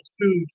food